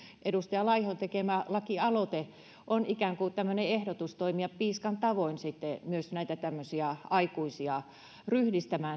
edustaja laihon tekemä lakialoite on ikään kuin tämmöinen ehdotustoimi joka piiskan tavoin sitten myös näitä tämmöisiä aikuisia ryhdistää